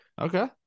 Okay